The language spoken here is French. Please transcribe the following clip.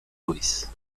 luis